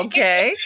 Okay